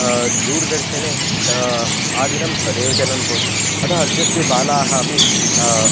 दूरदर्शने आदिनं तदेव चलन् भवति अतः अद्यत्वे बालाः अपि